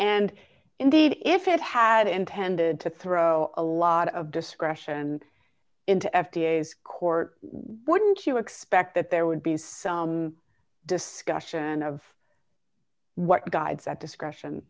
and indeed if it had intended to throw a lot of discretion into f d a as court wouldn't you expect that there would be some discussion of what guides that discretion